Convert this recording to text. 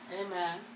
Amen